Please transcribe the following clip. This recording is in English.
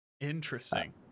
Interesting